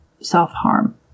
self-harm